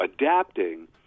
adapting